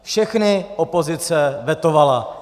Všechny opozice vetovala.